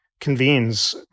convenes